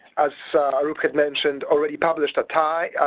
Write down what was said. as arup has mentioned, already published a tie,